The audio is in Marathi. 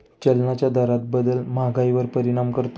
चलनाच्या दरातील बदल महागाईवर परिणाम करतो